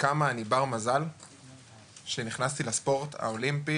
וכמה אני בר מזל שנכנסתי לספורט האולימפי